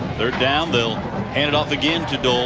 third down down hand it off again to